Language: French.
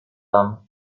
âmes